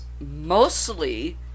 mostly